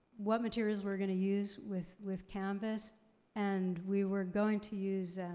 what materials we're gonna use with with canvas and we were going to use